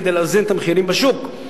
כדי לאזן את המחירים בשוק.